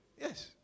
Yes